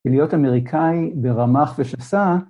‫ולהיות אמריקאי ברמ"ח ושס"ה...